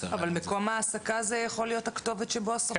אבל מקום ההעסקה יכול להיות הכתובת שבו הסוכן